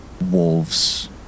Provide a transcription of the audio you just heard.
wolves